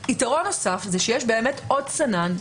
יתרון נוסף הוא שיש עוד סנן,